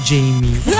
Jamie